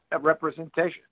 representation